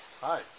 Hi